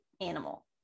animal